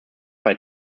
bei